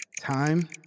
Time